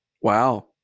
wow